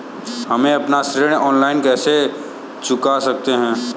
हम अपना ऋण ऑनलाइन कैसे चुका सकते हैं?